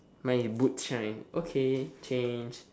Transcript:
my boots shine okay change